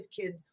kid